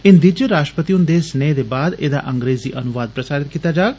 हिंदी च राश्ट्रपति हुंदे सनेए दे बाद एह्दा अंग्रेजी अनुवाद प्रसारतकीता जाग